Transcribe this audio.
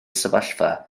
sefyllfa